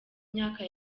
myaka